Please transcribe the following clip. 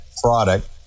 product